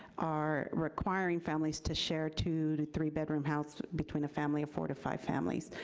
are requiring families to share two to three-bedroom house between a family of four to five families.